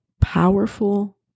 powerful